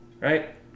Right